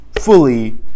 fully